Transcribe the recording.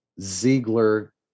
Ziegler